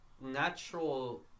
natural